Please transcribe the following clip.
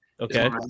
Okay